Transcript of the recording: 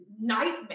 nightmare